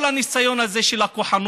כל הניסיון הזה של הכוחנות,